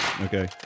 Okay